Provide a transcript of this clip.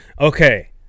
Okay